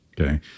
Okay